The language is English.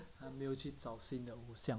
还没有去找新的偶像